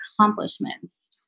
accomplishments